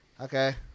okay